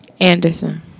Anderson